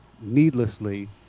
needlessly